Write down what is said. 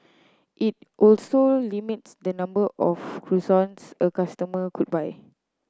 it also limits the number of croissants a customer could buy